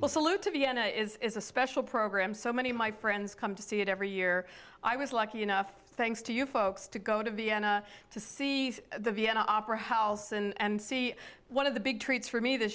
well salute to vienna is a special program so many of my friends come to see it every year i was lucky enough thanks to you folks to go to vienna to see the vienna opera house and see one of the big treats for me this